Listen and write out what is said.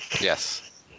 Yes